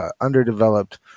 underdeveloped